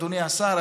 אדוני השר,